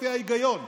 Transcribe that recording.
לפי ההיגיון,